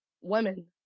women